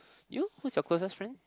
you who's your closest friend